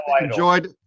enjoyed